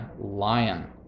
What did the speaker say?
Lion